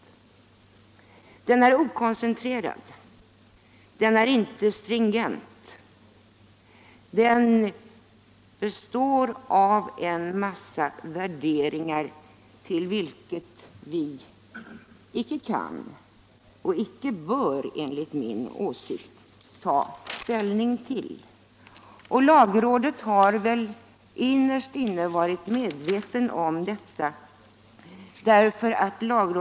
Den är okoncentrerad. Den är inte stringent. Den består av en massa värderingar, till vilka vi icke kan och enligt min åsikt icke bör ta ställning. Lagrådet har väl innerst inne varit medvetet om detta.